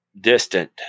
distant